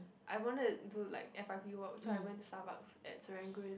I wanted to do like f_y_p work so I went to Starbucks at Serangoon